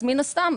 מן הסתם,